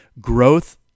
Growth